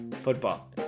football